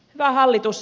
hyvä hallitus